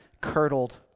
curdled